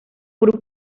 grupo